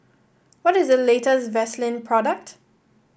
what is the latest Vaselin product